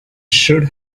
should